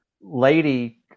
lady